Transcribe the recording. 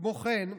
כמו כן,